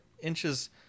inches